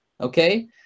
okay